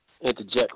interject